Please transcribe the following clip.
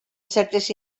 certes